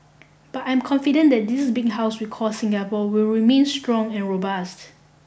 but I'm confident that this big house we call Singapore will remain strong and robust